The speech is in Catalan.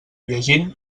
llegint